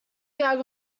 gag